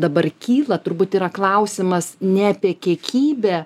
dabar kyla turbūt yra klausimas ne apie kiekybę